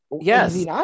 Yes